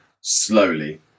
slowly